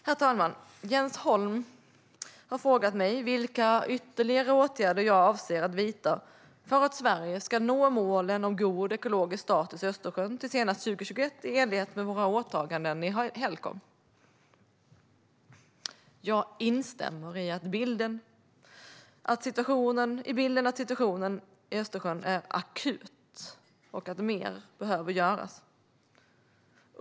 Herr talman! har frågat mig vilka ytterligare åtgärder jag avser att vidta för att Sverige ska nå målet om god ekologisk status i Östersjön till senast 2021 i enlighet med våra åtaganden i Helcom. Jag instämmer i att situationen i Östersjön är akut och att mer behöver göras.